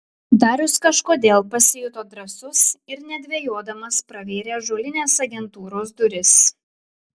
darius kažkodėl pasijuto drąsus ir nedvejodamas pravėrė ąžuolines agentūros duris